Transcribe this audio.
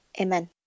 Amen